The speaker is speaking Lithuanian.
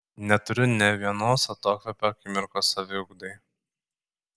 neturiu ne vienos atokvėpio akimirkos saviugdai